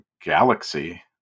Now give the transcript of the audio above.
Galaxy